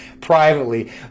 privately